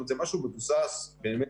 זאת אומרת זה משהו מבוסס מאוד.